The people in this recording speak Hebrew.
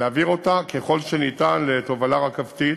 להעביר אותה ככל שניתן לתובלה רכבתית.